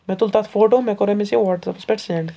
مےٚ تُل تتھ فوٹو مےٚ کوٚر أمِس یہِ وَٹسیپس پٮ۪ٹھ سٮ۪نٛڈ